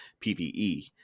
pve